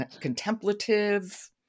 contemplative